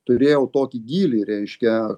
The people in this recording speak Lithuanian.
turėjau tokį gylį reiškia